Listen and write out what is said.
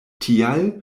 tial